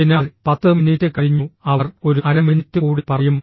അതിനാൽ 10 മിനിറ്റ് കഴിഞ്ഞു അവർ ഒരു അര മിനിറ്റ് കൂടി പറയും